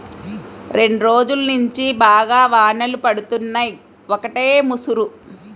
రెండ్రోజుల్నుంచి బాగా వానలు పడుతున్నయ్, ఒకటే ముసురు